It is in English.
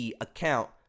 account